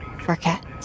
forget